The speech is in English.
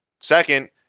Second